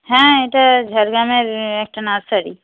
হ্যাঁ এটা ঝাড়গ্রামের একটা নার্সারি